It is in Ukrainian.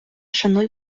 шануй